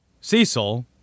Cecil